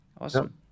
Awesome